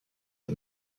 les